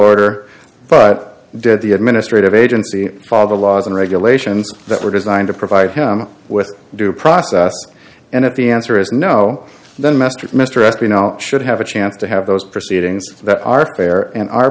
order but did the administrative agency father laws and regulations that were designed to provide him with due process and it the answer is no then mr mr astley now should have a chance to have those proceedings that are fair and our